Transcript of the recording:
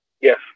Yes